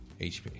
HP